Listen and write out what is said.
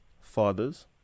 fathers